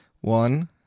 One